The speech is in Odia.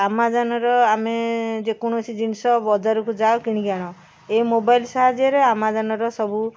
ଆମାଜନ୍ର ଆମେ ଯେକୌଣସି ଜିନିଷ ବଜାରକୁ ଯାଅ କିଣିକି ଆଣ ଏ ମୋବାଇଲ୍ ସାହାଯ୍ୟରେ ଆମାଜନ୍ର ସବୁ